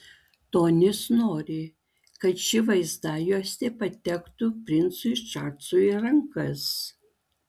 tonis nori kad ši vaizdajuostė patektų princui čarlzui į rankas